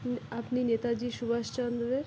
আপনি নেতাজি সুভাষচন্দ্রের